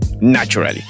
naturally